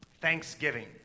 Thanksgiving